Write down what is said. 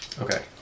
Okay